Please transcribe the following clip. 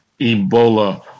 Ebola